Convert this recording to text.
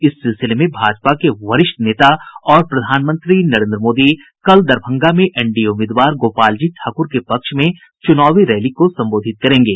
इस सिलसिले में भाजपा के वरिष्ठ नेता और प्रधानमंत्री नरेन्द्र मोदी कल दरभंगा में एनडीए उम्मीदवार गोपालजी ठाकुर के पक्ष में चुनावी रैली को संबोधित करेंगे